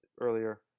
earlier